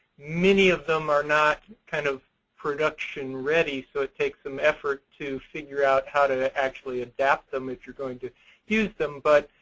many of them are not kind of production ready, so it takes some effort to figure out how to actually adapt them if you're going to use them. but